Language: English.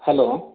hello